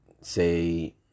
say